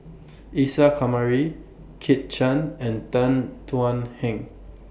Isa Kamari Kit Chan and Tan Thuan Heng